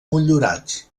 motllurats